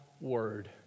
word